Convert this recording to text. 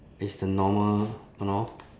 it's the normal